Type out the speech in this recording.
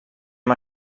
hem